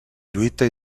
lluita